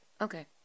okay